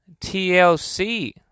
TLC